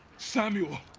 samuel!